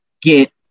get